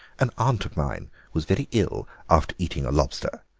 an aunt of mine was very ill after eating a lobster,